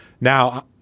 Now